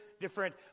different